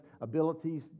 abilities